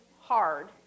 hard